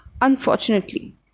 unfortunately